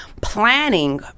planning